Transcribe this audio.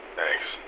Thanks